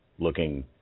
looking